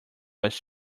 was